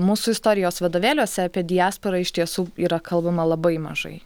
mūsų istorijos vadovėliuose apie diasporą iš tiesų yra kalbama labai mažai